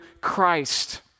Christ